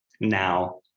now